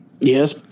Yes